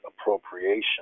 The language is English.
appropriation